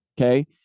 okay